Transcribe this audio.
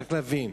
צריך להבין,